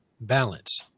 balance